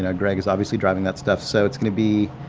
and greg is obviously driving that stuff so it's going to be